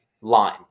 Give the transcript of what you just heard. line